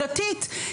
עובדתית,